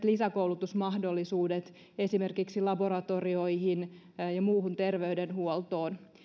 lisäkoulutusmahdollisuudet esimerkiksi laboratorioihin ja muuhun terveydenhuoltoon